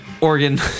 Oregon